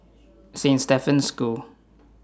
Saint Stephen's School